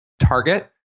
target